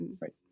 right